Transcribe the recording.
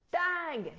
tag,